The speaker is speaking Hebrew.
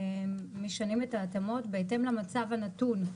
אנחנו משנים את ההתאמות, בהתאם למצב הנתון.